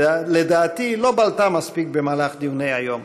שלדעתי לא בלטה מספיק בדיוני היום: